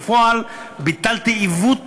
בפועל, ביטלתי עיוות